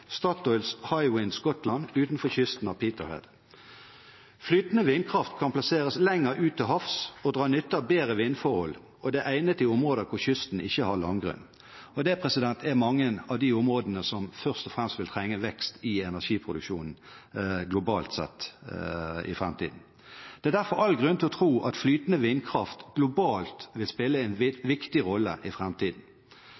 Statoils Hywind Scotland, utenfor kysten av Peterhead. Flytende vindkraft kan plasseres lenger ut til havs og dra nytte av bedre vindforhold, og er egnet i områder hvor kysten ikke er langgrunn – og nettopp det er mange av de områdene som først og fremst vil trenge vekst i energiproduksjonen globalt sett i framtiden. Det er derfor all grunn til å tro at flytende vindkraft vil spille en viktig rolle globalt i